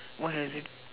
why